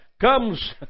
comes